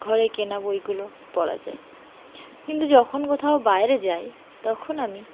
ঘরে কেনা বইগুলো পড়া যায় কিন্তু যখন কোথাও বাইরে যাই তখন আমি